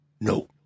No